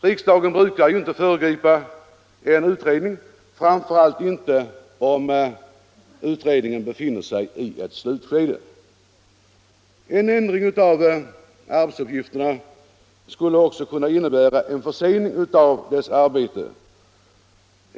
Riksdagen brukar ju inte föregripa en utredning, framför allt inte om utredningen befinner sig i ett slutskede. En ändring av uppgifterna för arbetsgruppen kan dessutom innebära en försening av dess arbete.